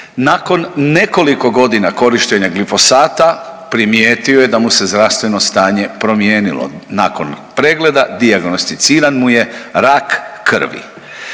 nakon nekoliko godina korištenja glifosata, primijetio je da mu se zdravstveno stanje promijenilo. Nakon pregleda, dijagnosticiran mu je rak krvi.